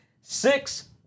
six